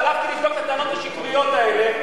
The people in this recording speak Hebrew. הלכתי לבדוק את הטענות השקריות האלה,